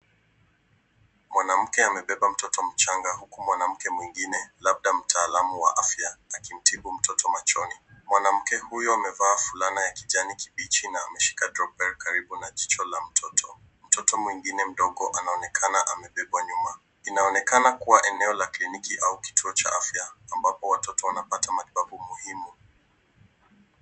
Mwanamke amebeba mtoto mchanga huku mwanamke mwengine labda mtaalamu wa afya akimtibu mtoto machoni. Mwanamke huyo amevaa fulana ya kijani kibichi na ameshika droplet karibu na jicho la mtoto. Mtoto mwengine mdogo anaonekana amebebwa nyuma. Inaonekana kuwa eneo la kliniki au kituo cha afya ambapo watoto wanapata matibabu muhimu.